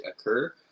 occur